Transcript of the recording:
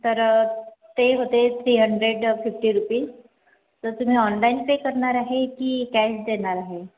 तर ते होते थ्री हंड्रेड फिफ्टी रुपीज तर तुम्ही ऑनलाईन पे करणार आहे की कॅश देणार आहे